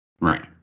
Right